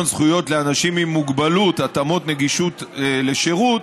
זכויות לאנשים עם מוגבלות (התאמות נגישות לשירות)